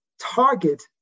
target